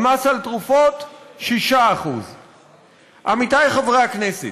והמס על תרופות, 6%. עמיתיי חברי הכנסת,